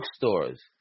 bookstores